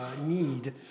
need